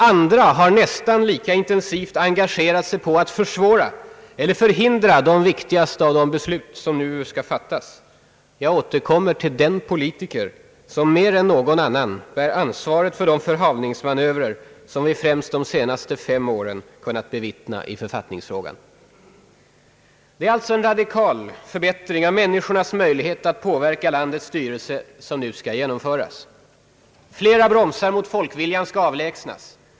Andra har nästan lika intensivt engagerat sig för att försvåra eller förhindra de wiktigaste av de beslut som nu skall fattas; jag återkommer till den politiker som mer än någon annan bär ansvaret för de förhalningsmanövrer som vi främst under de senaste fem åren kunnat bevittna i författningsfrågan. Det är alltså en radikal förbättring av människornas möjlighet att påverka landets styrelse som nu skall genomföras, Flera bromsar mot folkviljan skall avlägsnas.